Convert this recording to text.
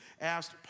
asked